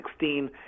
2016